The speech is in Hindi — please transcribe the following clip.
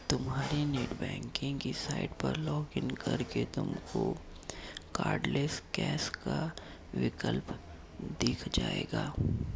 तुम्हारी नेटबैंकिंग की साइट पर लॉग इन करके तुमको कार्डलैस कैश का विकल्प दिख जाएगा